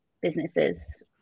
businesses